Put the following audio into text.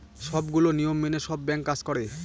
সবগুলো নিয়ম মেনে সব ব্যাঙ্ক কাজ করে